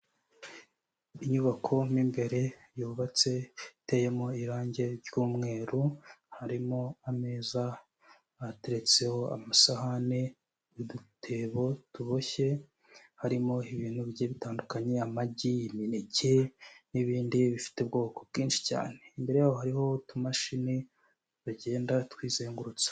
Inyubako mw'imbere yubatse iteyemo irangi ry'umweru harimo ameza ateretseho amasahani udutebo tuboshye harimo ibintu bigiye bitandukanye amagi, imineke n'ibindi bifite ubwoko bwinshi cyane imbere yaho hariho utumashini bagenda twizengurutsa.